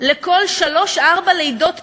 לכל שלוש-ארבע לידות פעילות,